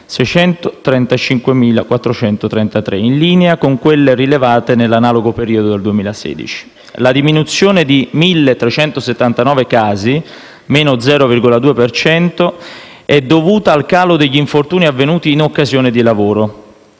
635.433, in linea con quelle rilevate nell'analogo periodo del 2016. La diminuzione di 1.379 casi (pari a -0,2 per cento) è dovuta al calo degli infortuni avvenuti in occasione di lavoro,